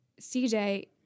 cj